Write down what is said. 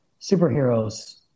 superheroes